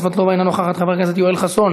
חברת הכנסת רויטל סויד, חברת הכנסת רויטל סויד,